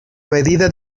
medida